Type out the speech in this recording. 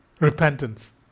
Repentance